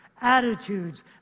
attitudes